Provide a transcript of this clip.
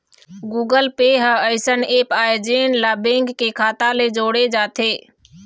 Google Pay ह अइसन app आय जेन ला बेंक के खाता ले जोड़े जाथे